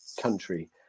country